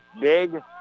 big